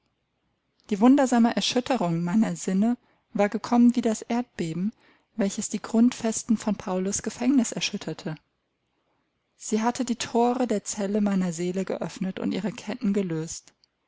die wundersame erschütterung meiner sinne war gekommen wie das erdbeben welches die grundvesten von paulus gefängnis erschütterte sie hatte die thore der zelle meiner seele geöffnet und ihre ketten gelöst